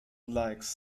likes